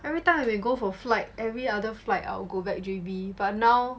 everytime when I go for flights every other flight I will go back J_B but now